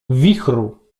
wichru